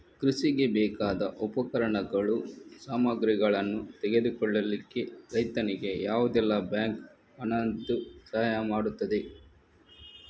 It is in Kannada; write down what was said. ಕೃಷಿಗೆ ಬೇಕಾದ ಉಪಕರಣಗಳು, ಸಾಮಗ್ರಿಗಳನ್ನು ತೆಗೆದುಕೊಳ್ಳಿಕ್ಕೆ ರೈತನಿಗೆ ಯಾವುದೆಲ್ಲ ಬ್ಯಾಂಕ್ ಹಣದ್ದು ಸಹಾಯ ಮಾಡ್ತದೆ?